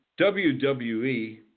WWE